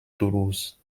toulouse